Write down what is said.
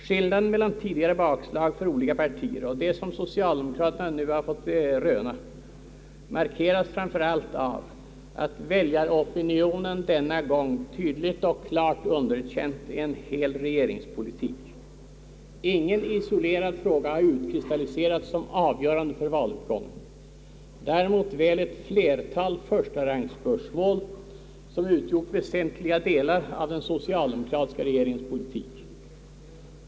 Skillnaden mellan tidigare valbakslag för olika partier och det som socialdemokraterna nu har fått röna markeras framför allt av att väljaropinionen denna gång tydligt och klart underkänt en hel regeringspolitik. Ingen isolerad fråga har utkristalliserats såsom avgörande för valutgången; däremot väl ett flertal förstarangsspörsmål som har utgjort väsentliga delar av den socialdemokratiska regeringens politik.